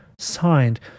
signed